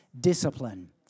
discipline